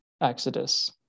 exodus